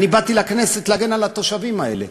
אני באתי לכנסת להגן על התושבים האלה.